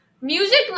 Music